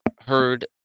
heard